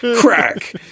crack